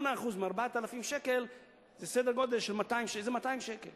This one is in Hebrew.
8% מ-4,000 שקל זה סדר-גודל של 200 שקלים